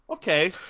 Okay